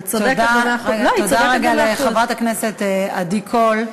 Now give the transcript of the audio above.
את צודקת במאה אחוז, תודה לחברת הכנסת עדי קול,